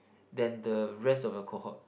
then the rest of the cohort